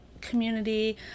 community